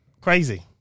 Crazy